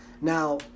Now